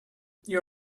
you